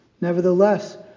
Nevertheless